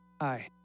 hi